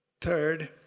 Third